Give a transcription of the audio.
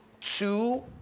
two